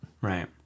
right